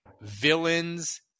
villains